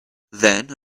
then